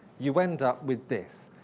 you end up with this.